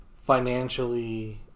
financially